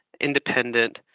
independent